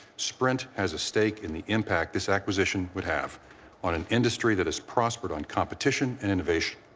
sprint has a stake in the impact this acquisition would have on an industry that has prospered on competition and innovation,